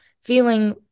feeling